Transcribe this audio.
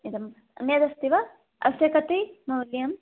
इदम् अन्यदस्ति वा अस्य कति मूल्यं